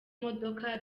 modoka